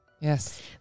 yes